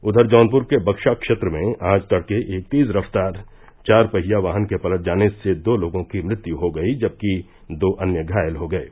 उधर जौनपुर के बक्शा क्षेत्र में आज तड़के एक तेज रफ्तार चारपहिया वाहन के पलट जाने से दो लोगों की मृत्यु हो गयी जबकि दो अन्य घायल हो गये